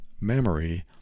memory